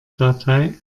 datei